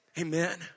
Amen